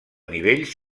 nivells